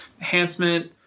enhancement